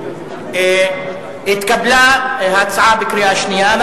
התקבלה ההצעה בקריאה שנייה.